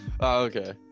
okay